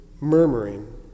murmuring